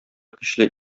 көчле